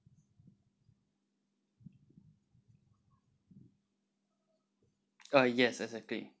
uh yes exactly